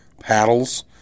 paddles